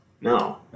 No